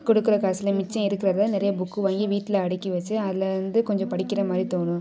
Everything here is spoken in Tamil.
கொடுக்கற காசில் மிச்சம் இருக்கிறத நிறையா புக்கு வாங்கி வீட்டில் அடுக்கி வச்சு அதுலிருந்து கொஞ்சம் படிக்கிற மாதிரி தோணும்